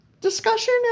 discussion